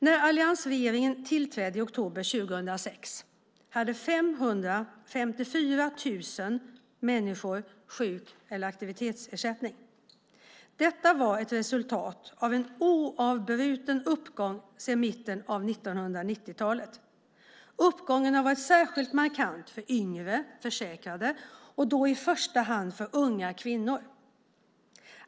När alliansregeringen tillträdde i oktober 2006 hade 554 000 människor sjuk eller aktivitetsersättning. Detta var ett resultat av en oavbruten uppgång sedan mitten av 1990-talet. Uppgången har varit särskilt markant för yngre försäkrade och då i första hand för unga kvinnor.